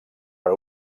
per